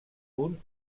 punt